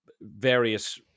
various